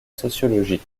sociologie